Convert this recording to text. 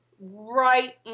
right